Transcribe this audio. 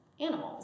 Animals